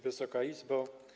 Wysoka Izbo!